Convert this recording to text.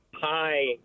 Hi